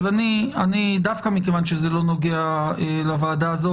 אז דווקא מכיוון שזה לא נוגע לוועדה הזו,